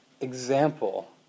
example